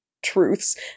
Truths